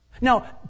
Now